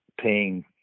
paying